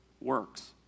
works